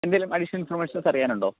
എന്തെങ്കിലും additional informations അറിയാനുണ്ടോ